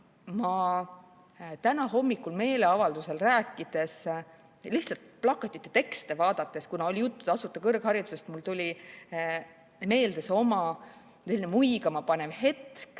täna hommikul meeleavaldusel rääkides ja lihtsalt plakatite tekste vaadates, kuna oli juttu tasuta kõrgharidusest, tuli meelde muigama panev hetk.